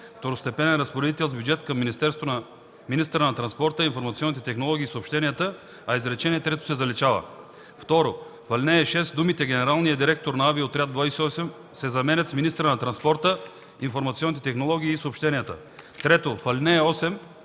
второстепенен разпоредител с бюджет към министъра на транспорта, информационните технологии и съобщенията”, а изречение трето се заличава. 2. В ал. 6 думите „генералния директор на Авиоотряд 28” се заменят с „министъра на транспорта, информационните технологии и съобщенията”. 3. В ал. 8